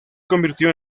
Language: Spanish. convirtió